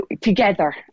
together